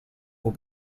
will